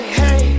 hey